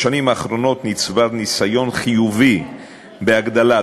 בשנים האחרונות נצבר ניסיון חיובי בהגדלת,